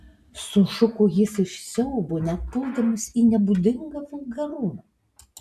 sušuko jis iš siaubo net puldamas į nebūdingą vulgarumą